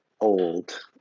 old